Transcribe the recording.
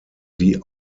die